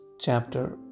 chapter